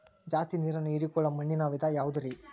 ಜಾಸ್ತಿ ನೇರನ್ನ ಹೇರಿಕೊಳ್ಳೊ ಮಣ್ಣಿನ ವಿಧ ಯಾವುದುರಿ?